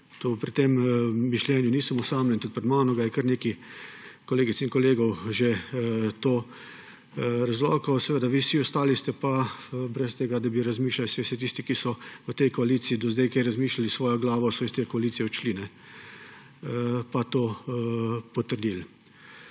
Pri tem mišljenju nisem osamljen, tudi pred mano je kar nekaj kolegic in kolegov to že razlagalo. Vi vsi ostali ste pa brez tega, da bi razmišljali −vsaj vsi tisti, ki so v tej koaliciji do zdaj kaj razmišljali s svojo glavo, so iz te koalicije odšli −, pa to potrdili.